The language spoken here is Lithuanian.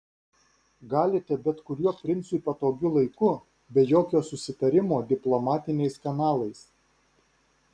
galite bet kuriuo princui patogiu laiku be jokio susitarimo diplomatiniais kanalais